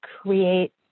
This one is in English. create